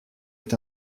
est